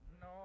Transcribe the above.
no